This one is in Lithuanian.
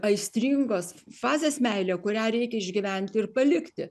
aistringos fazės meilėje kurią reikia išgyventi ir palikti